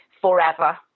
forever